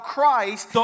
Christ